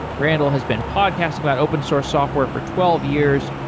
randall has been podcasting about open source software for twelve years,